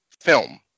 film